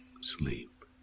sleep